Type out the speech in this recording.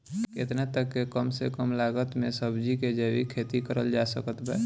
केतना तक के कम से कम लागत मे सब्जी के जैविक खेती करल जा सकत बा?